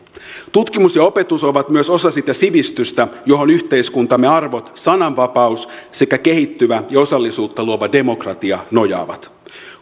tutkimus ja opetus ovat myös osa sitä sivistystä johon yhteiskuntamme arvot sananvapaus sekä kehittyvä ja osallisuutta luova demokratia nojaavat